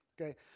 Okay